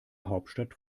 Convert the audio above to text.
hauptstadt